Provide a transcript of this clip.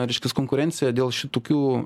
reiškias konkurencija dėl šitokių